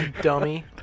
Dummy